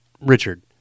Richard